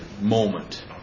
moment